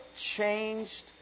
changed